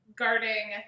guarding